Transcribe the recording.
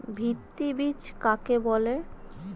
ভিত্তি বীজ কাকে বলে?